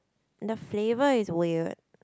the flavour is weird